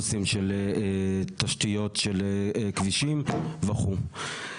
נושאים של תשתיות של כבישים וכו'.